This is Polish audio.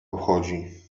obchodzi